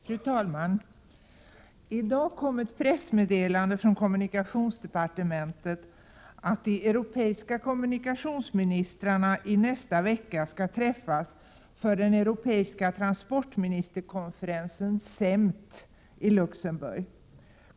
Fru talman! I dag kom ett pressmeddelande från kommunikationsdepartementet om att de europeiska kommunikationsministrarna i nästa vecka träffas i Luxemburg för att genomföra den europeiska transportministerkonferensen CEMT.